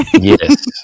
Yes